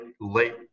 late